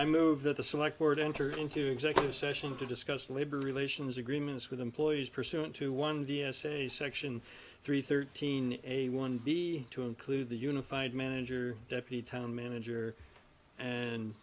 i move that the select ward entered into executive session to discuss labor relations agreements with employees pursuant to one vs a section three thirteen a one b to include the unified manager deputy town manager and